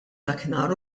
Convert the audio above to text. dakinhar